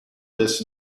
this